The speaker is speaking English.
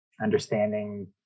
understanding